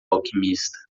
alquimista